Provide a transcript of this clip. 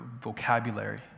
vocabulary